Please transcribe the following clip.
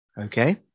okay